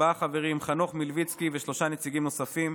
ארבעה חברים: חנוך מלביצקי ושלושה נציגים נוספים,